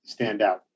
standout